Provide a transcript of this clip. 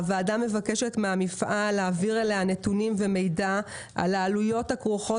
הוועדה מבקשת מהמפעל להעביר אליה נתונים ומידע על העלויות הכרוכות